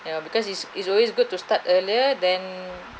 you know because it's it's always good to start earlier than